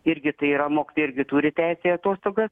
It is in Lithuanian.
irgi tai yra mokytojai irgi turi teisę į atostogas